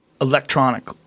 Electronic